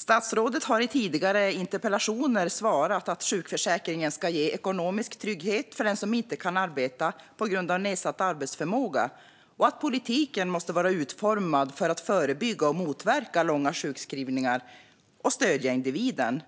Statsrådet har i tidigare interpellationssvar sagt att sjukförsäkringen ska ge ekonomisk trygghet för den som inte kan arbeta på grund av nedsatt arbetsförmåga och att politiken måste vara utformad för att förebygga och motverka långa sjukskrivningar och för att stödja individen.